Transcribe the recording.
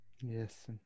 Yes